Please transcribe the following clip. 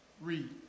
read